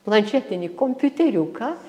planšetinį kompiuteriuką